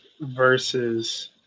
versus